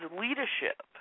leadership